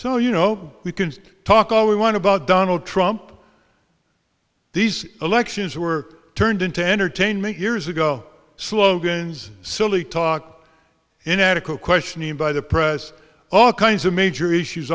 so you know we can talk all we want to about donald trump these elections were turned into entertainment years ago slogans silly talk inadequate questioning by the press all kinds of major issues